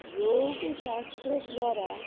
योगशास्त्रद्वारा